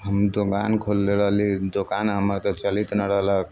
हम दोकान खोलने रहली दोकान हमर तऽ चलैत नहि रहलक